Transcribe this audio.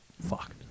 Fuck